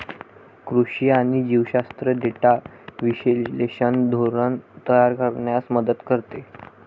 कृषी आणि जीवशास्त्र डेटा विश्लेषण धोरण तयार करण्यास मदत करते